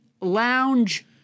lounge